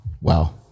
Wow